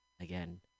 again